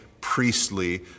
priestly